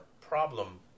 problem